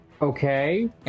Okay